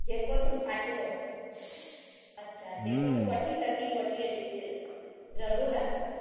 जेको तू खाईंदे अछा जेको तूं वठी सघीं वठी अचिजे ज़रूरु हां